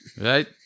Right